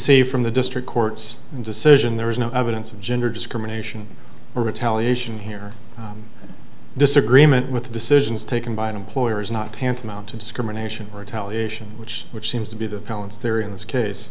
see from the district court's decision there is no evidence of gender discrimination or retaliation here disagreement with decisions taken by an employer is not tantamount to discrimination or retaliation which which seems to be the balance there in this case